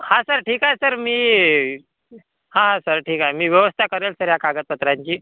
हा सर ठीक आहे सर मी हा हा सर ठीक आहे मी व्यवस्था करेन सर या कागदपत्रांची